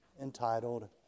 entitled